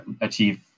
achieve